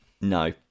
No